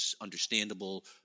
understandable